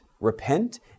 repent